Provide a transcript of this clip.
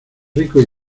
ricos